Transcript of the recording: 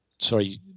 Sorry